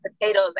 potatoes